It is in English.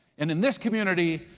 and in this community,